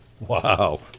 Wow